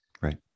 Right